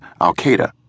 Al-Qaeda